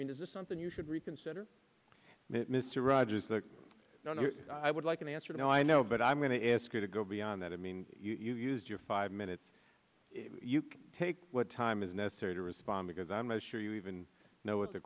and is this something you should reconsider mr rogers the no no i would like an answer no i know but i'm going to ask you to go beyond that i mean you use your five minutes you can take what time is necessary to respond because i'm not sure you even know what the